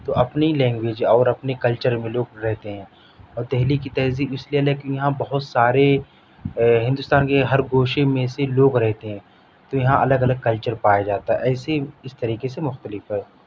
تو اپنی لینگویج اور اپنے کلچر میں لوگ رہتے ہیں اور دہلی کی تہذیب اس لیے الگ ہے کہ یہاں بہت سارے ہندوستان کے ہر گوشے میں سے لوگ رہتے ہیں تو یہاں الگ الگ کلچر پائے جاتا ایسے اس طریقے سےمختلف ہے